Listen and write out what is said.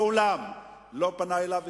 מעולם לא פנה אליו אזרח,